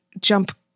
jump